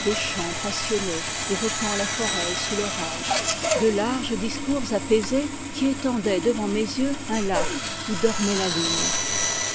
des chants passionnés évoquant la forêt sous l'orage de larges discours apaisés qui étendaient devant mes yeux un lac où dormait la lune